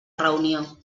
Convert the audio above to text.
reunió